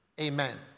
Amen